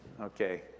Okay